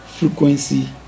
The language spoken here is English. Frequency